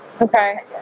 Okay